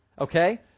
Okay